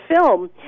film